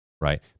right